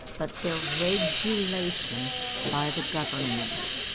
but their regulation by the government.